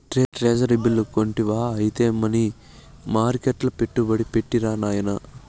treasury bill కొంటివా ఐతే money మర్కెట్ల పెట్టుబడి పెట్టిరా నాయనా